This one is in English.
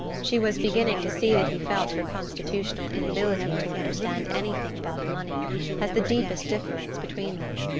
she was beginning to see that he felt her constitutional inability to understand anything about money as the deepest difference between them.